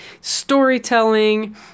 storytelling